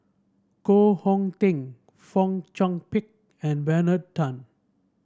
Koh Hong Teng Fong Chong Pik and Bernard Tan